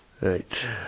Right